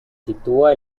sitúa